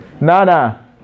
Nana